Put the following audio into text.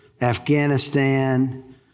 Afghanistan